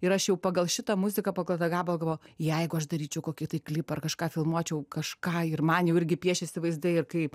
ir aš jau pagal šitą muziką pagal tą gabalą galvoju jeigu aš daryčiau kokį tai klipą ar kažką filmuočiau kažką ir man jau irgi piešiasi vaizdai ir kaip